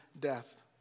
death